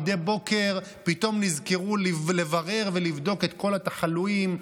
מדי בוקר פתאום נזכרו לברר ולבדוק את כל התחלואים,